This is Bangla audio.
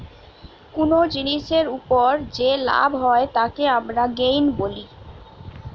কুনো জিনিসের উপর যে লাভ হয় তাকে আমরা গেইন বলি